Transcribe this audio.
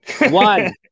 One